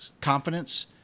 confidence